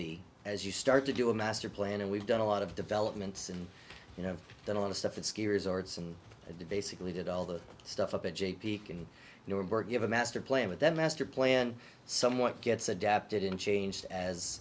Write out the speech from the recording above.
be as you start to do a master plan and we've done a lot of developments and you know that a lot of stuff at ski resorts and basically did all the stuff up at j p can norberg give a master plan with that master plan someone gets adapted and changed as